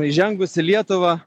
įžengus į lietuvą